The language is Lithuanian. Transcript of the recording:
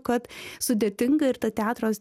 kad sudėtinga ir ta teatro